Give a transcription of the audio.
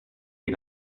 die